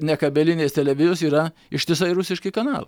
ne kabelinės televizijos yra ištisai rusiški kanalai